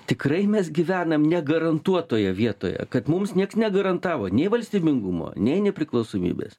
tikrai mes gyvenam ne garantuotoje vietoje kad mums nieks negarantavo nei valstybingumo nei nepriklausomybės